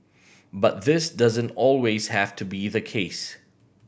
but this doesn't always have to be the case